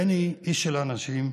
בני, איש של אנשים,